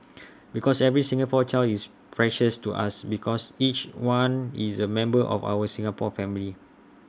because every Singapore child is precious to us because each one is A member of our Singapore family